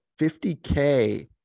50K